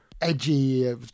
edgy